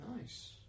nice